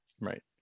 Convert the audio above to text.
right